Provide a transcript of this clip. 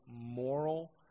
moral